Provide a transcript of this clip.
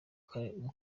kagare